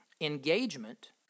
engagement